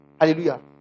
Hallelujah